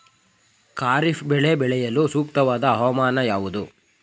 ಖಾರಿಫ್ ಬೆಳೆ ಬೆಳೆಯಲು ಸೂಕ್ತವಾದ ಹವಾಮಾನ ಯಾವುದು?